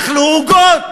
אכלו עוגות,